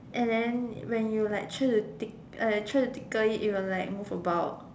and then when you like try to tic try to tickle it it will like move about